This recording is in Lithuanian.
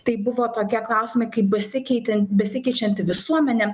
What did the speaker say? tai buvo tokie klausimai kaip besikeiten besikeičianti visuomenė